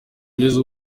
kugeza